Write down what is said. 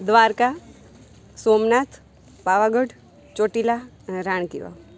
દ્વારકા સોમનાથ પાવાગઢ ચોટીલા અને રાણકી વાવ